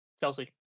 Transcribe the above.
Chelsea